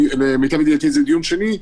למיטב ידיעתי זה דיון שני,